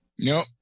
Nope